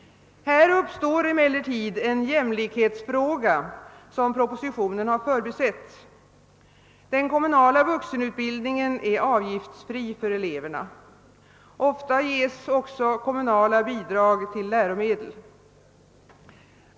Här uppstår emellertid en jämlikhetsfråga som propositionen har förbisett. Den kommunala vuxenutbildningen är avgiftsfri för eleverna. Ofta ges också kommunala bidrag till läromedel.